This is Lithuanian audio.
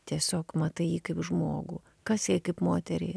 tiesiog matai jį kaip žmogų kas jai kaip moteriai